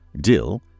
dill